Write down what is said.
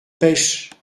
pêche